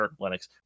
Linux